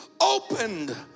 opened